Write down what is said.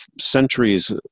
centuries